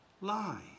lie